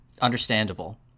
Understandable